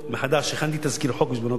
הכנתי תזכיר חוק בזמנו כשר הפנים,